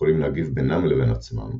יכולים להגיב בינם לבין עצמם,